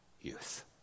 youth